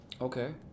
Okay